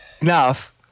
Enough